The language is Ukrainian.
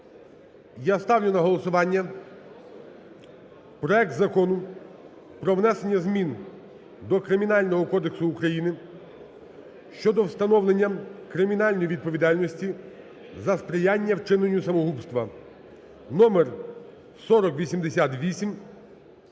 Я ставлю на голосування проект Закону про внесення змін до Кримінального кодексу України (щодо встановлення кримінальної відповідальності за сприяння вчиненню самогубства) (номер 4088)